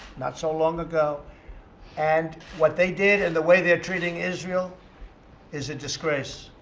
not so long ago and what they did and the way they're treating israel is a disgrace.